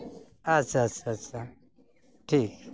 ᱟᱪᱪᱷᱟ ᱟᱪᱪᱷᱟ ᱴᱷᱤᱠ